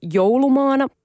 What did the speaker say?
joulumaana